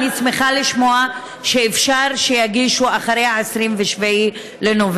אני שמחה לשמוע שאפשר להגיש אחרי 27 בנובמבר.